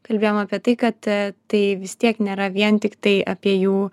kalbėjom apie tai kad tai vis tiek nėra vien tiktai apie jų